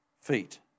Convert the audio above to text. feet